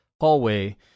hallway